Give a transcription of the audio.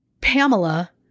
Pamela